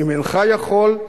אם אינך יכול,